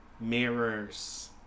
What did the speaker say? Mirrors